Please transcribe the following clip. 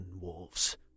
wolves